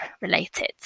related